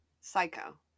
Psycho